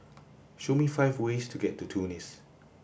show me five ways to get to Tunis